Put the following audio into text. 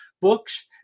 books